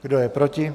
Kdo je proti?